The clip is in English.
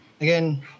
again